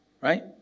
right